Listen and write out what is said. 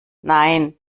nein